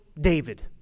David